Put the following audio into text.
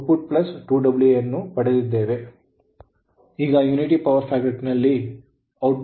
ಈಗ unity power factor ನಲ್ಲಿ output 15 KVA